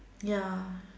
ya